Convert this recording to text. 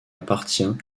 appartient